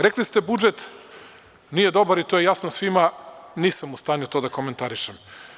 Rekli ste budžet nije dobar i to je jasno svima, nisam u stanju to da komentarišem.